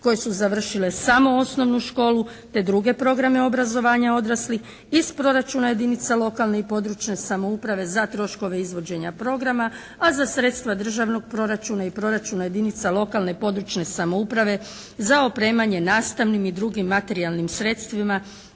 koji su završile samo osnovnu školu te druge programe obrazovanja odraslih iz proračuna jedinica lokalne i područne samouprave za troškove izvođenja programa, a za sredstva državnog proračuna i proračuna jedinica lokalne i područne samouprave za opremanje nastavnim i drugim materijalnim sredstvima,